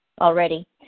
already